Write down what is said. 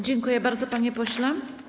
Dziękuję bardzo, panie pośle.